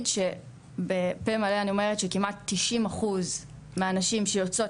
בפה מלא אני אומרת שכמעט 90% מהנשים שיוצאות